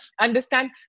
understand